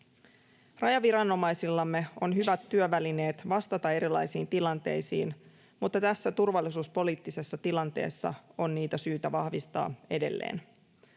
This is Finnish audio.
Rajaviranomaisillamme on hyvät työvälineet vastata erilaisiin tilanteisiin, mutta tässä turvallisuuspoliittisessa tilanteessa niitä on syytä vahvistaa edelleen.